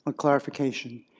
ah clarification,